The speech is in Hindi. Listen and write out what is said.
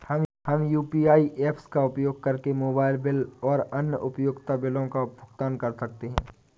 हम यू.पी.आई ऐप्स का उपयोग करके मोबाइल बिल और अन्य उपयोगिता बिलों का भुगतान कर सकते हैं